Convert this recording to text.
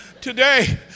Today